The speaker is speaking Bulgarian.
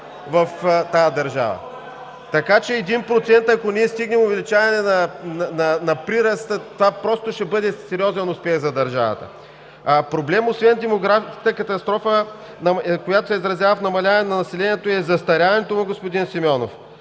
шум и реплики.) Така че 1%, ако ние стигнем увеличаване на прираста, това просто ще бъде сериозен успех за държавата. Проблем, освен демографската катастрофа, която се изразява в намаляване на населението, е и застаряването му, господин Симеонов,